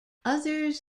others